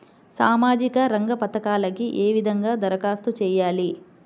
సామాజిక రంగ పథకాలకీ ఏ విధంగా ధరఖాస్తు చేయాలి?